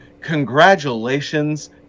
Congratulations